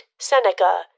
Seneca